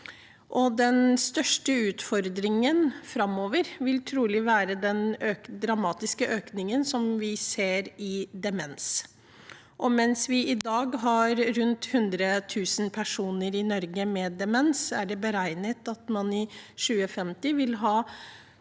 Den største utfordringen framover vil trolig være den dramatiske økningen vi ser når det gjelder demens. Mens vi i dag har rundt 100 000 personer i Norge med demens, er det beregnet at man i 2050 vil ha